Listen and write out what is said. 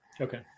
Okay